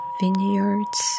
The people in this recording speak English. vineyards